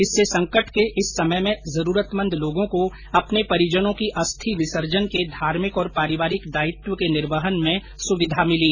इससे संकट के इस समय में जरूरतमंद लोगों को अपने परिजनों की अस्थि विसर्जन के धार्मिक और पारिवारिक दायित्व के निर्वहन में सुविधा मिली